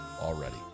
already